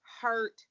hurt